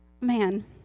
Man